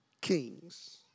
kings